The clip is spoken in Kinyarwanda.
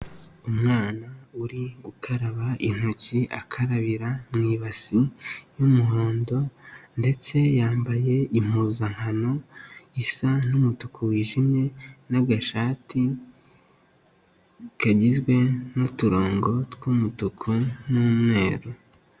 Umwana uri gukaraba intoki akarabira mu ibasi y'umuhondo ndetse yambaye impuzankano isa n'umutuku wijimye n'agashati kagizwe n'uturongo tw'umutuku n'umweru.